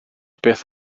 beth